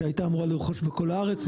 שהייתה אמורה לרכוש בכל הארץ,